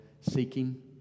seeking